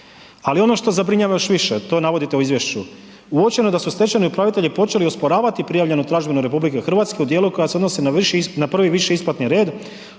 Ali ono što zabrinjava još više, to navodite u izvješću, uočeno je da su stečajni upravitelji počeli osporavati prijavljenu tražbinu RH u dijelu koja se odnosi na prvi viši isplatni red